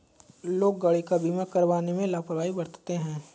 लोग गाड़ी का बीमा करवाने में लापरवाही बरतते हैं